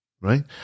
Right